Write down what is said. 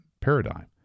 paradigm